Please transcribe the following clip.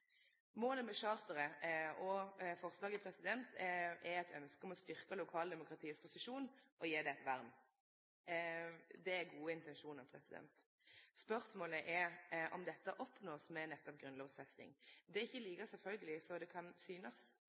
Målet med charteret og forslaget er eit ynskje om å styrkje lokaldemokratiets posisjon og gje det eit vern. Det er gode intensjonar. Spørsmålet er om dette vert oppnådd med nettopp grunnlovfesting. Det er ikkje like sjølvsagt som det kan synast.